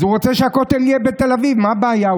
הוא רוצה שהכותל יהיה בתל אביב, מה הבעיה?